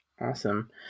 Awesome